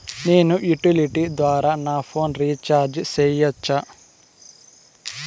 నేను యుటిలిటీ ద్వారా నా ఫోను రీచార్జి సేయొచ్చా?